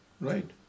right